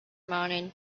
mountain